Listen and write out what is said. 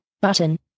button